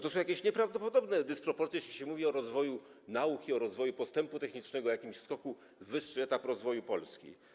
To są jakieś nieprawdopodobne dysproporcje, jeśli się mówi o rozwoju nauki, o postępie technicznym, jakimś skoku na wyższy etap rozwoju Polski.